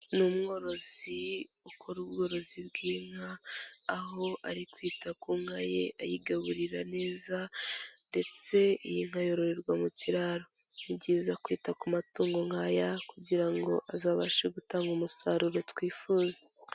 Ni umworozi ukora ubworozi bw'inka, aho ari kwita ku nka ye ayigaburira neza ndetse iyi nka yororerwa mu kiraro. Ni byiza kwita ku matungo nk'aya kugira ngo azabashe gutanga umusaruro twifuza.